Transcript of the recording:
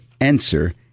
answer